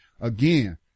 Again